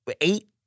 eight